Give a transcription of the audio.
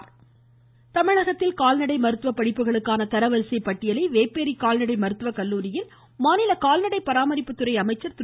உடுமலை தமிழகத்தில் கால்நடை மருத்துவ படிப்புகளுக்கான தரவரிசை பட்டியலை வேப்பேரி கால்நடை மருத்துவ கல்லூரியில் மாநில கால்நடை பராமரிப்புத்துறை அமைச்சர் திரு